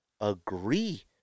agree